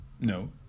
No